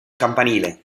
campanile